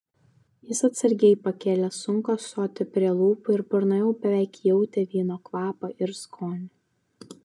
jis atsargiai pakėlė sunkų ąsotį prie lūpų ir burnoje jau beveik jautė vyno kvapą ir skonį